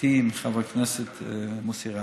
איתי ועם חבר הכנסת מוסי רז.